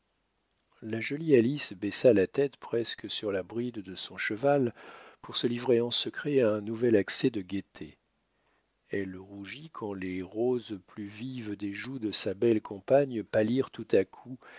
la jolie alice baissa la tête presque sur la bride de son cheval pour se livrer en secret à un nouvel accès de gaieté elle rougit quand les roses plus vives des joues de sa belle compagne pâlirent tout à coup